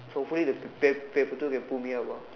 so feel the pap~ paper two can pull me up ah